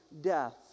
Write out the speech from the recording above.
death